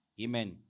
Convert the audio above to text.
Amen